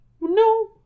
No